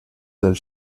del